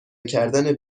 کردن